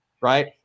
right